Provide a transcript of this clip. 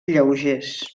lleugers